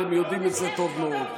אתם יודעים את זה טוב מאוד.